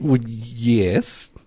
Yes